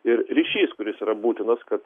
ir ryšys kuris yra būtinas kad